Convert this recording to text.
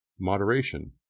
moderation